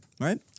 right